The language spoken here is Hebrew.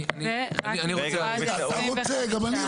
כל זאת